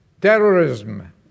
terrorism